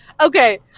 Okay